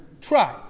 Try